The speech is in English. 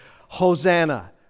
Hosanna